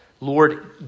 Lord